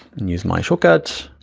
and use my shortcuts.